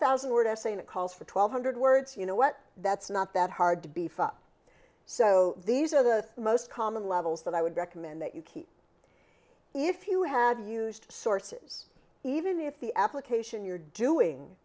thousand word essay in it calls for twelve hundred words you know what that's not that hard to beef up so these are the most common levels that i would recommend that you keep if you had used sources even if the application you're doing